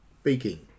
speaking